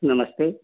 नमस्ते